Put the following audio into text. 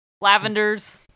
lavenders